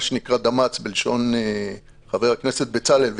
מה שנקרא דמ"צ בלשון חבר הכנסת בצלאל סמוטריץ',